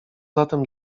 zatem